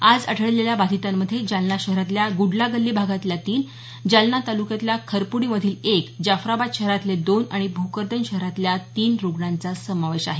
आज आढळलेल्या बाधितांमध्ये जालना शहरातल्या ग्रडलाग्छी भागातल्या तीन जालना तालुक्यातल्या खरपुडीमधील एक जाफराबाद शहरातले दोन आणि भोकरदन शहरातल्या तीन रुग्णांचा समावेश आहे